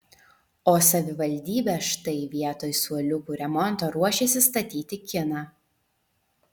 o savivaldybė štai vietoj suoliukų remonto ruošiasi statyti kiną